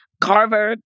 Carver